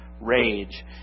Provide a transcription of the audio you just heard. rage